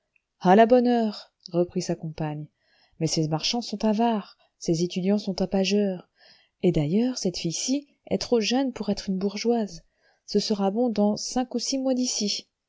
à la bonne heure reprit sa compagne mais ces marchands sont avares ces étudiants sont tapageurs et d'ailleurs cette fille ci est trop jeune pour être une bourgeoise ce sera bon dans cinq ou six mois d'ici